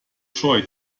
scheu